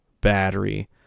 battery